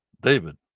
david